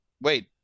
Wait